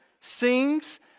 sings